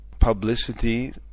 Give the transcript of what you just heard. publicity